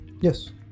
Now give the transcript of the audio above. Yes